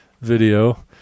video